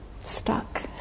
stuck